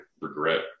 regret